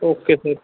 okay sir